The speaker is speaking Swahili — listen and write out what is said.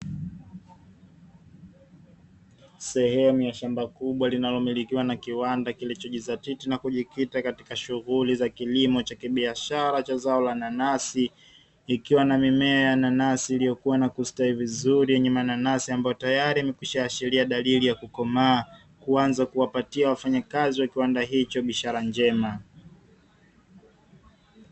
Sehemu ya shamba kubwa linalomilikiwa na kiwanda kilichojizatiti na kujikita katika shughuli za kilimo cha kibiashara cha zao la nanasi, ikiwa na mimea ya nanasi iliyokuwa na kustawi vizuri yenye mananasi, ambayo tayari imekwisha ashiria dalili ya kukomaa, kuanza kuwapatia wafanyakazi wa kiwanda hicho biashara njema.